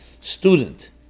student